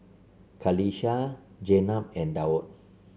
Qalisha Jenab and Daud